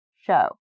show